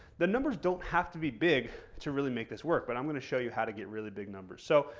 the numbers don't have to be big to really make this work, but i'm going to show you how to get really big numbers. so,